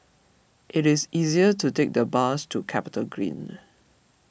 it is easier to take the bus to Capita Green